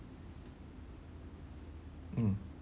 mm